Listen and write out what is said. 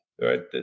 right